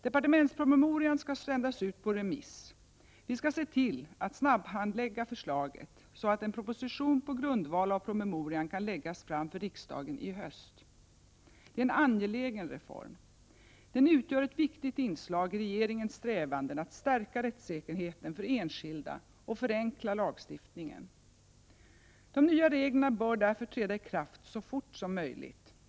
Departementspromemorian skall sändas ut på remiss. Vi skall se till att förslaget handläggs snabbt, så att en proposition på grundval av promemorian kan lämnas till riksdagen i höst. Det är en angelägen reform. Den utgör ett viktigt inslag i regeringens strävanden att stärka rättssäkerheten för enskilda och förenkla lagstiftningen. De nya reglerna bör därför träda i kraft så fort som möjligt.